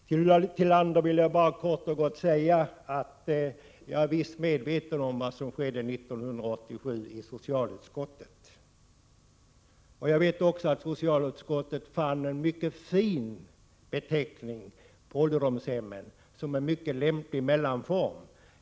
Till Ulla Tillander vill jag kort och gott säga att jag visst är medveten om vad som hände i socialutskottet 1987. Jag vet också att socialutskottet fann en mycket fin beteckning på ålderdomshemmen — man sade att det var en mycket lämplig mellanform.